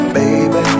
baby